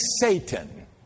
Satan